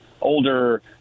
older